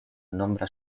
nombra